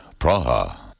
Praha